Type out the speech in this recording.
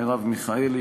מרב מיכאלי,